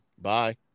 bye